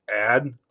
add